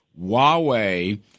Huawei